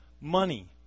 money